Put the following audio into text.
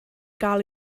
gael